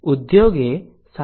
ઉદ્યોગે 7